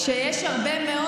היו 54,